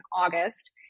August